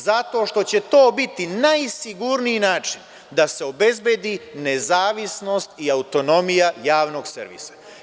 Zato što će to biti najsigurniji način da se obezbedi nezavisnost i autonomija javnog servisa.